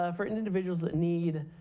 ah for and individuals that need